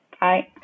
Bye